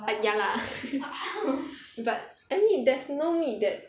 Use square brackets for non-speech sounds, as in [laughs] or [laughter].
ah ya lah [laughs] but I mean there's no meat that's